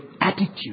attitude